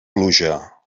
pluja